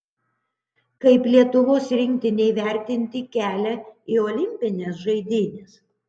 kaip lietuvos rinktinei vertinti kelią į olimpines žaidynes